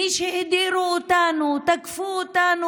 מי שהדירו אותנו, תקפו אותנו